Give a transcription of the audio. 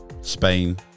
Spain